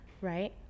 Right